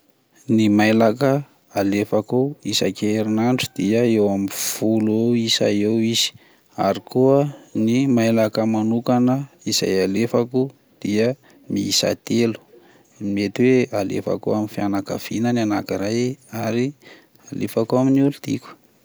Ny mailaka alefako isan-kerinandro dia eo amin'ny folo isa eo izy, ary koa ny mailaka manokana izay alefako dia miisa telo mety hoe alefako amin'ny fianakavina ny anankiray ary alefako amin'ny olon-tiako.